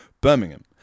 birmingham